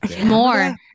More